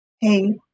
Hey